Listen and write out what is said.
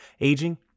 aging